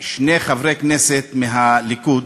שני חברי כנסת מהליכוד,